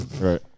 Right